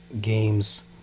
games